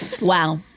Wow